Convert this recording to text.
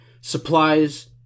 supplies